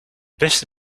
beste